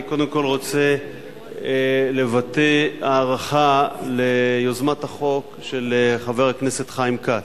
אני קודם כול רוצה לבטא הערכה ליוזמת החוק של חבר הכנסת חיים כץ.